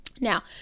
now